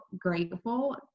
grateful